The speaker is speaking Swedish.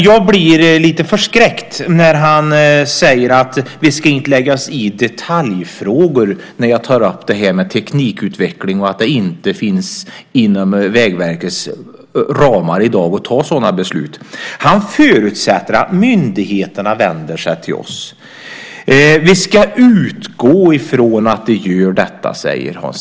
Jag blir lite förskräckt när jag tar upp teknikutvecklingen och Hans Stenberg säger att vi inte ska lägga oss i detaljfrågor och att det i dag inte ligger inom Vägverkets ram att fatta sådana beslut. Han förutsätter att myndigheterna vänder sig till oss. Vi ska utgå från att de gör det, säger han.